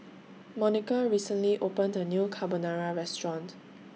Monika recently opened A New Carbonara Restaurant